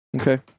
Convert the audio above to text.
Okay